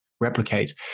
replicate